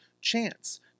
chance